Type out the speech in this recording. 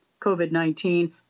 COVID-19